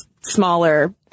smaller